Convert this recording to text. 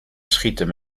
schieten